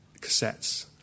cassettes